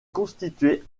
constitué